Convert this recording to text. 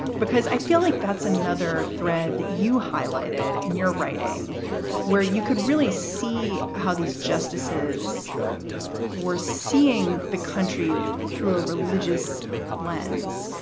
because i feel like that's another thread that you highlighted in your writing where you can really see how these justices were seeing the country through a religious lens.